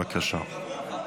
בבקשה.